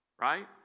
right